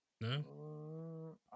No